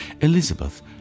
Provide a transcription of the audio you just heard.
Elizabeth